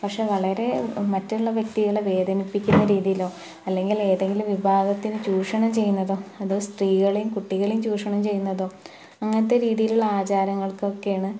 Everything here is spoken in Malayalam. പക്ഷെ വളരെ മറ്റുള്ള വ്യക്തികളെ വേദനിപ്പിക്കുന്ന രീതിയിലോ അല്ലെങ്കിൽ ഏതെങ്കിലും വിഭാഗത്തിനു ചൂഷണം ചെയ്യുന്നതോ അതോ സ്ത്രീകളേയും കുട്ടികളേയും ചൂഷണം ചെയ്യുന്നതോ അങ്ങനത്തെ രീതിയിലുള്ള ആചാരങ്ങള്കൊക്കെയാണ്